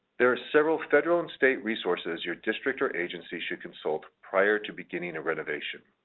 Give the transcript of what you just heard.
there are several federal and state resources your district or agency should consult prior to beginning a renovation,